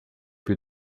più